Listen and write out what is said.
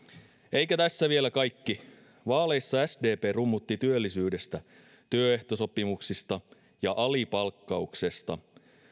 eikä tässä vielä kaikki vaaleissa sdp rummutti työllisyydestä työehtosopimuksista ja alipalkkauksesta